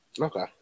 Okay